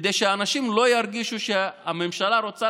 כדי שהאנשים לא ירגישו שהממשלה רוצה